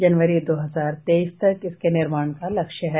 जनवरी दो हजार तेईस तक इसके निर्माण का लक्ष्य है